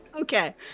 Okay